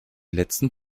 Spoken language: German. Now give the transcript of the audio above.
letzten